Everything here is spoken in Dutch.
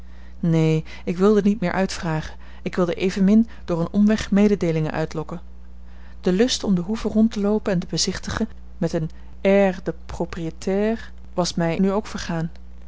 neen ik wilde niet meer vragen ik wilde evenmin door een omweg mededeelingen uitlokken de lust om de hoeve rond te loopen en te bezichtigen met een air de propriétaire was mij nu ook vergaan